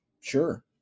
Sure